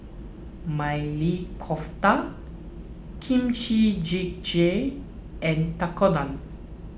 Maili Kofta Kimchi Jjigae and Tekkadon